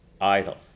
idols